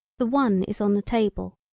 the one is on the table.